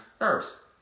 nerves